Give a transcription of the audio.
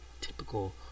typical